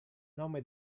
nome